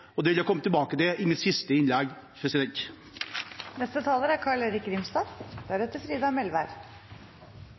Det vil jeg komme tilbake til i mitt siste innlegg. Overskriften på Jeløya-plattformen er